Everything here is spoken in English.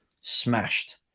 smashed